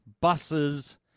buses